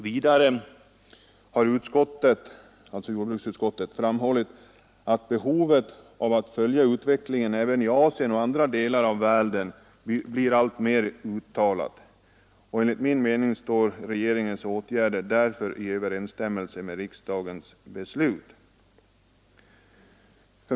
Vidare har jordbruksutskottet framhållit att behovet av att följa utvecklingen även i Asien och i andra delar av världen blir alltmer uttalat. Enligt min mening står regeringens åtgärder därför i överensstämmelse med riksdagens beslut.